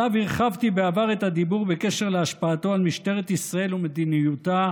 שעליו הרחבתי בעבר את הדיבור בהקשר של השפעתו על משטרת ישראל ומדיניותה,